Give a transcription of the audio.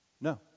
No